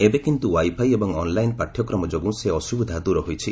ଏବେ କିନ୍ତୁ ୱାଇଫାଇ ଏବଂ ଅନ୍ଲାଇନ୍ ପାଠ୍ୟକ୍ରମ ଯୋଗୁଁ ସେ ଅସୁବିଧା ଦୂର ହୋଇଛି